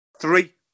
Three